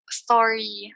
story